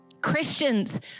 Christians